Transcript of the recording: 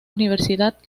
universidad